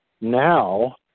now